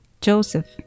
Joseph